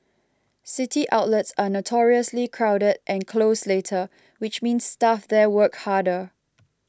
city outlets are notoriously crowded and close later which means staff there work harder